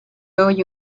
oye